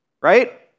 Right